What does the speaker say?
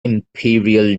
imperial